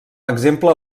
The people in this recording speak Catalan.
exemple